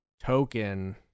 Token